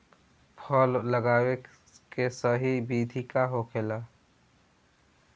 फल लगावे के सही विधि का होखेला?